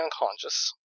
unconscious